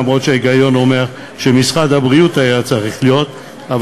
למרות שההיגיון אומר שמשרד הבריאות היה צריך להיות הקובע,